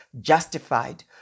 justified